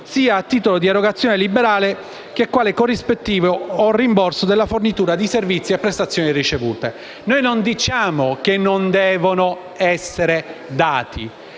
sia a titolo di erogazione liberale, sia quale corrispettivo o rimborso della fornitura di servizi e prestazioni ricevute. Non diciamo che queste somme non devono essere date,